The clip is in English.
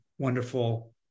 wonderful